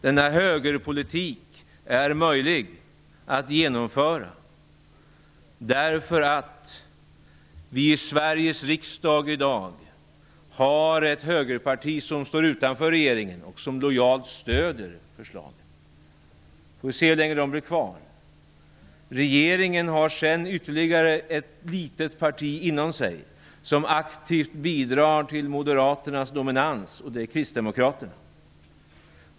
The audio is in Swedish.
Denna högerpolitik är möjlig att genomföra därför att vi i Sveriges riksdag i dag har ett högerparti som står utanför regeringen och som lojalt stödjer förslagen. Vi får se hur länge detta parti blir kvar. Regeringen har sedan ytterligare ett litet parti inom sig, som aktivt bidrar till Moderaternas dominans, nämligen Kristdemokraterna.